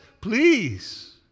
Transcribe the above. please